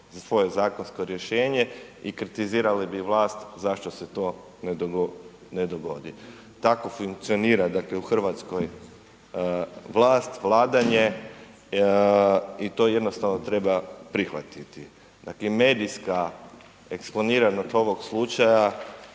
svoje zakonsko rješenje i kritizirali bi vlast zašto se to ne dogodi. Tako funkcionira dakle u Hrvatskoj vlast, vladanje i to jednostavno treba prihvatiti. Dakle, medijska eksponiranost ovog slučaja